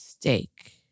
steak